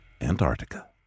Antarctica